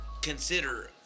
consider